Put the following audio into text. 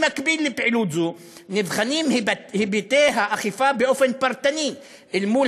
במקביל לפעילות זו נבחנים היבטי האכיפה באופן פרטני אל מול